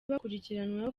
bakurikiranweho